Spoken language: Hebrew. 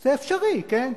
זה אפשרי, כן?